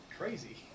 Crazy